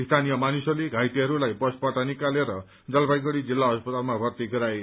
स्यानीय मानिसहस्ले घाइतेहस्लाई बसबाट निकालेर जलपाइगढ़ी जिल्ला अस्पतालमा भर्ती गराए